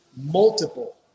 multiple